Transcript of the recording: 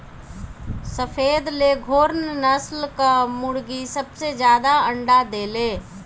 सफ़ेद लेघोर्न नस्ल कअ मुर्गी सबसे ज्यादा अंडा देले